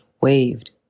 waved